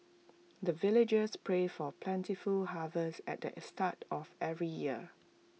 the villagers pray for plentiful harvest at the start of every year